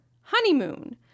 honeymoon